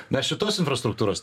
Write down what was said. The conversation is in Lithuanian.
na šitos infrastruktūros